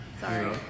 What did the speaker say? Sorry